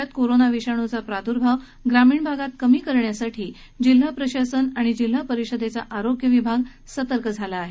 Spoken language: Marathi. सोलाप्र जिल्ह्यात कोरोना विषाणूचा प्राद्र्भव ग्रामीण भागात कमी करण्यासाठी जिल्हा प्रशासन जिल्हा परिषदेचा आरोग्य विभाग सतर्क झाला आहे